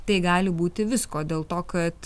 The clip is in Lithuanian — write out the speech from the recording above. tai gali būti visko dėl to kad